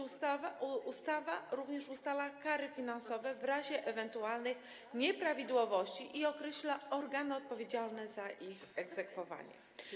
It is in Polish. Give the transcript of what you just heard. Ustala ona również kary finansowe w razie ewentualnych nieprawidłowości i określa organy odpowiedzialne za ich egzekwowanie.